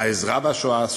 העזרה בשואה,